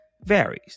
varies